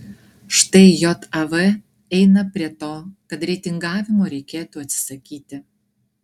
štai jav eina prie to kad reitingavimo reikėtų atsisakyti